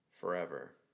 forever